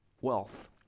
wealth